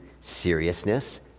seriousness